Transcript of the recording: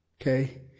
Okay